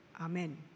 Amen